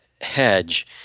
Hedge